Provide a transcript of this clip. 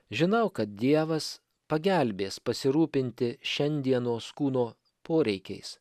žinau kad dievas pagelbės pasirūpinti šiandienos kūno poreikiais